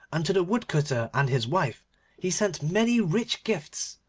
and to the woodcutter and his wife he sent many rich gifts,